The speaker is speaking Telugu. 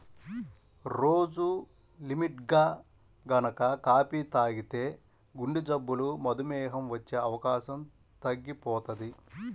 రోజూ లిమిట్గా గనక కాపీ తాగితే గుండెజబ్బులు, మధుమేహం వచ్చే అవకాశం తగ్గిపోతది